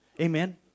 Amen